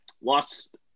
lost